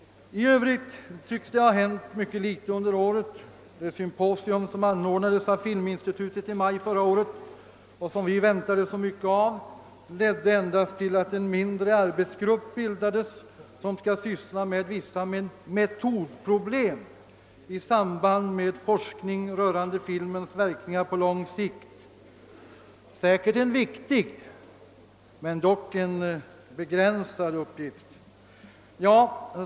I övrigt tycks det ha hänt mycket litet under året. Det symposium, som anordnades av filminstitutet i maj förra året och som vi väntade så mycket av, ledde endast till att en mindre arbetsgrupp bildades, som skall syssla med vissa metodproblem i samband med forskning rörande filmens verkningar på lång sikt, säkerligen en viktig men dock en begränsad uppgift.